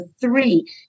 three